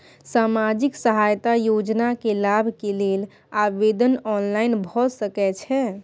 सामाजिक सहायता योजना के लाभ के लेल आवेदन ऑनलाइन भ सकै छै?